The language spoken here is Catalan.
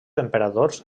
emperadors